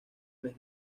mes